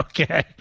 Okay